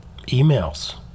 emails